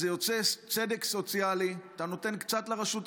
אז זה יוצא צדק סוציאלי: אתה נותן קצת לרשות הזאת,